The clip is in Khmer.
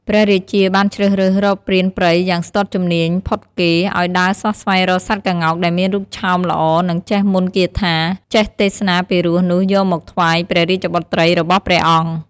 ព្រះរាជាបានជ្រើសរើសរកព្រានព្រៃយ៉ាងស្ទាត់ជំនាញផុតគេ ឱ្យដើរស្វះស្វែងរកសត្វក្ងោកដែលមានរូបឆោមល្អនិងចេះមន្ដគាថា ចេះទេសនាពីរោះនោះយកមកថ្វាយព្រះរាជបុត្រីរបស់ព្រះអង្គ។